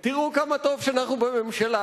תראו כמה טוב שאנחנו בממשלה.